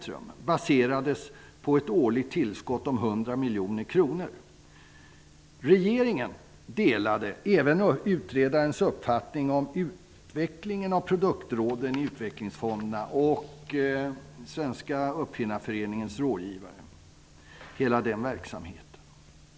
Regeringen delade utredarens uppfattning om utvecklingen av produktrådens verksamhet och verksamheten hos Svenska uppfinnareföreningens rådgivare.